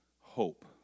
hope